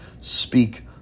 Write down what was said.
speak